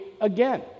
again